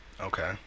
Okay